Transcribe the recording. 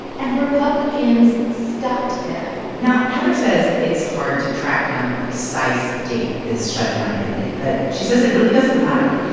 and republicans stopped them now, heather says it's hard to track down the precise date this shutdown ended. but she says it really doesn't matter.